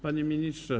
Panie Ministrze!